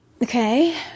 Okay